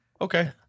Okay